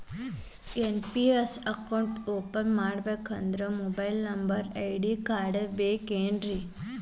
NPS account open ಮಾಡಬೇಕಂದ್ರ mobile number ID card ಬೇಕಾಗತ್ತಾ?